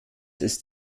ist